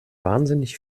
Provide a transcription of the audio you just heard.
wahnsinnig